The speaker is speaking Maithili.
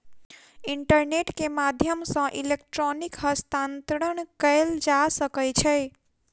इंटरनेट के माध्यम सॅ इलेक्ट्रॉनिक हस्तांतरण कयल जा सकै छै